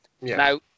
Now